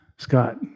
Scott